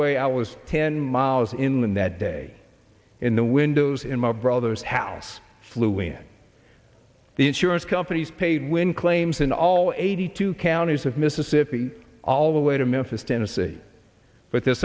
way i was ten miles inland that day in the windows in my brother's house flew in the insurance companies paid when claims in all eighty two counties of mississippi all the way to memphis tennessee but they're